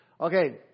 Okay